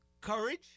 Courage